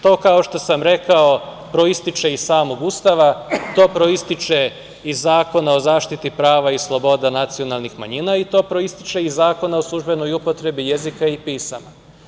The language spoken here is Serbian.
To kao što sam rekao, proističe iz samog Ustava, to proističe iz Zakona o zaštiti prava i sloboda nacionalnih manjina i to proističe iz Zakona o službenoj upotrebi jezika i pisama.